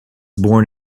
born